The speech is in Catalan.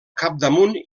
capdamunt